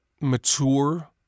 mature